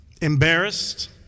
Embarrassed